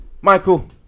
Michael